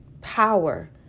power